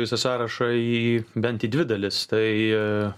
visą sąrašą į bent į dvi dalis tai